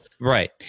Right